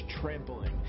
trampling